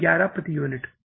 11 प्रति यूनिट